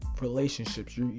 relationships